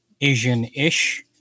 Asian-ish